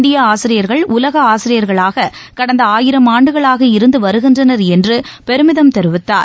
இந்திய ஆசிரியர்கள் உலக ஆசிரியர்களாக கடந்த ஆயிரம் ஆண்டுகளாக இருந்து வருகின்றனர் என்று பெருமிதம் தெரிவித்தார்